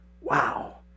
Wow